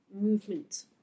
movement